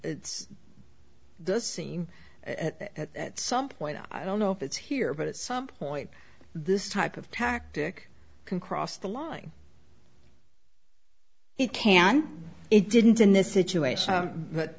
it's the scene at some point i don't know if it's here but at some point this type of tactic can cross the line it can it didn't in this situation but